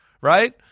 Right